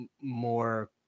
more